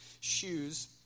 shoes